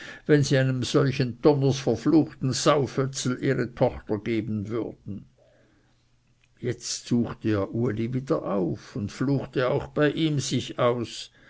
wenn sie einem solchen donners verfluchten saufötzel ihre tochter geben würden jetzt suchte er uli wieder auf und fluchte auch bei ihm sich aus